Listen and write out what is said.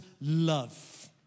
love